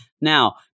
Now